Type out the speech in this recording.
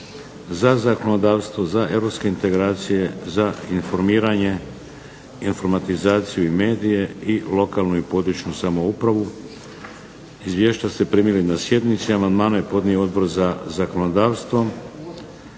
za zakonodavstvo, za europske integracije, za informiranje, informatizaciju i medije, i lokalnu i područnu samoupravu. Izvješća ste primili na sjednici. Amandmane je podnio Odbor za zakonodavstvo.